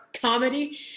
comedy